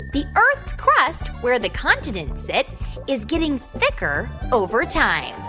the earth's crust where the continents sit is getting thicker over time?